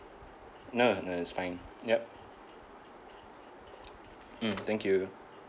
no no it's fine yup mm thank you